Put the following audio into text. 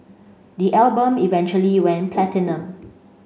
the album eventually went platinum